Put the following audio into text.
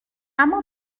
اما